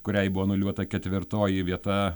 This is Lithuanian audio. kuriai buvo anuliuota ketvirtoji vieta